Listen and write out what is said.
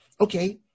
okay